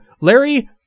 Larry